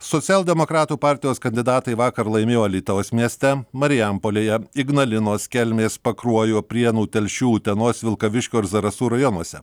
socialdemokratų partijos kandidatai vakar laimėjo alytaus mieste marijampolėje ignalinos kelmės pakruojo prienų telšių utenos vilkaviškio ir zarasų rajonuose